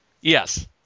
Yes